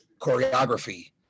choreography